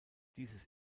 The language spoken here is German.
dieses